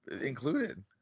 included